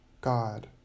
God